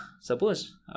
suppose